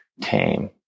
tame